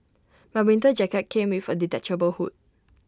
my winter jacket came with A detachable hood